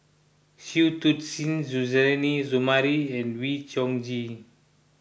Shui Tit Sing Suzairhe Sumari and Wee Chong Jin